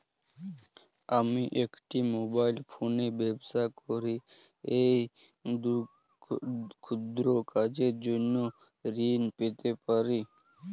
আমি একটি মোবাইল ফোনে ব্যবসা করি এই ক্ষুদ্র কাজের জন্য ঋণ পেতে পারব?